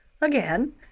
again